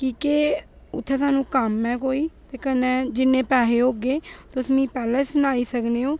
की के उ'त्थें सानूं कम्म ऐ कोई ते कन्नै जि'न्ने पैहे होगे तुस मी पैह्लें सनाई सकने ओ